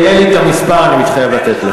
מתי זה התקבל?